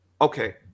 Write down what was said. okay